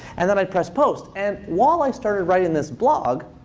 and then i'd press post. and while i started writing this blog,